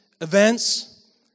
events